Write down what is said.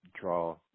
draw